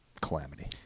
calamity